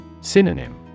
Synonym